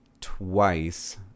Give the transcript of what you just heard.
twice